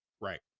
Right